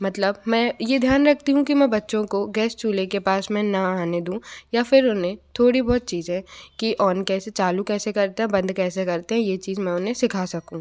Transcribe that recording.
मतलब मैं ये ध्यान रखती हूँ कि मैं बच्चों को गैस चूल्हे के पास में ना आने दूँ या फिर उन्हें थोड़ी बहुत चीज़ें की ऑन कैसे चालू कैसे करते हैं बंद कैसे करते हैं ये चीज मैं उन्हें सिखा सकूँ